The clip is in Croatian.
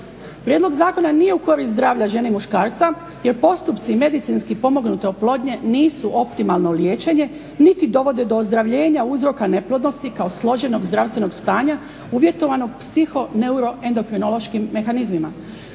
Prijedlog zakona nije u korist zdravlja žene i muškarca, jer postupci medicinski pomognute oplodnje nisu optimalno liječenje niti dovode do ozdravljenja uzroka neplodnosti kao složenog zdravstvenog stanja uvjetovanog psiho neuro endokrinološkim mehanizmima.